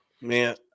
Man